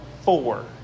four